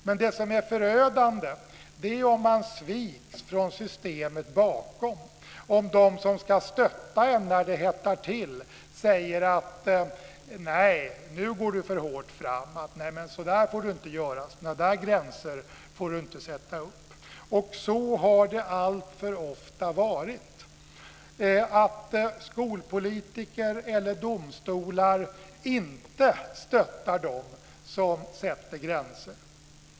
Men det som är förödande är om man sviks från systemet bakom, om de som ska stötta en när det hettar till säger: Nej, nu går du för hårt fram. Så där får du inte göra. Sådana där gränser får du inte sätta upp. Det har alltför ofta varit så att skolpolitiker eller domstolar inte stöttar dem som sätter gränser.